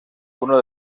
uno